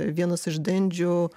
vienas iš dendžių